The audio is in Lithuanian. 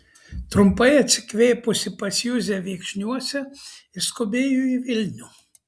trumpai atsikvėpusi pas juzę viekšniuose išskubėjo į vilnių